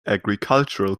agricultural